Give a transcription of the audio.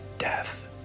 Death